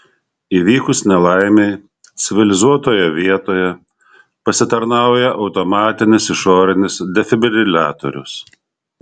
įvykus nelaimei civilizuotoje vietoje pasitarnauja automatinis išorinis defibriliatoriaus